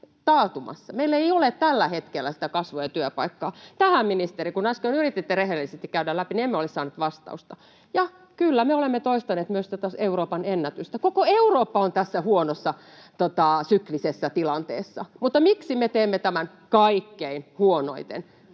Meillä ei ole tällä hetkellä kasvua ja työpaikkoja. Tähän, ministeri, kun äsken yrititte rehellisesti käydä läpi, emme ole saaneet vastausta. Ja kyllä, me olemme toistaneet myös tätä Euroopan ennätystä. Koko Eurooppa on tässä huonossa syklisessä tilanteessa, mutta miksi me teemme tämän kaikkein huonoiten?